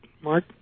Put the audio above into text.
Mark